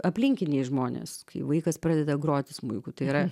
aplinkiniai žmonės kai vaikas pradeda groti smuiku tai yra